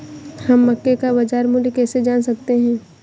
हम मक्के का बाजार मूल्य कैसे जान सकते हैं?